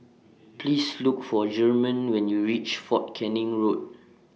Please Look For German when YOU REACH Fort Canning Road